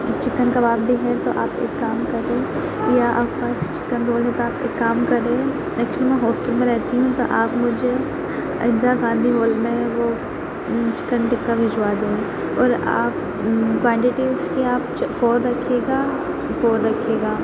chicken kebab بھی ہے تو آپ ایک کام کریں یا آپ کے پاس چکن رول ہو تو آپ ایک کام کریں ایکچولی میں ہاسٹل میں رہتی ہوں تو آپ مجھے اندرا گاندھی ہال میں وہ چکن ٹکہ بھجوا دیں اور آپ کوانٹٹی اس کی آپ فور رکھیے گا فور رکھیے گا